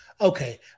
Okay